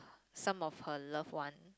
some her loved one